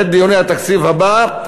בעת דיוני התקציב הבא,